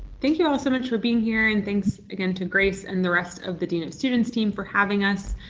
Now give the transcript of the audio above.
thank you all so much for being here and thanks again to grace and the rest of the dean of students team for having us.